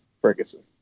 Ferguson